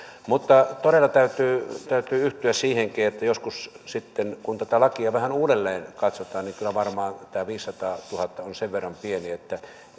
todella täytyy täytyy yhtyä siihenkin että joskus sitten kun tätä lakia vähän uudelleen katsotaan kyllä varmaan tämä viisisataatuhatta on sen verran pieni että